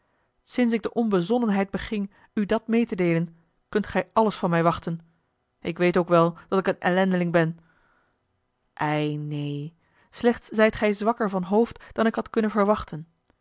sinds ik de onbezonnenheid beging u dat a l g bosboom-toussaint de delftsche wonderdokter eel dat meê te deelen kunt gij alles van mij wachten ik weet ook wel dat ik een ellendeling ben ei neen slechts zijt gij zwakker van hoofd dan ik had kunnen verwachten